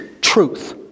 truth